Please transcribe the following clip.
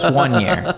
so one year.